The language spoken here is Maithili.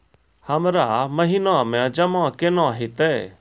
हमरा महिना मे जमा केना हेतै?